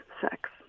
sex